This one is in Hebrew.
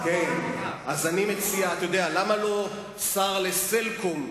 למה לא שר ל"סלקום"?